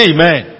Amen